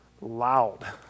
loud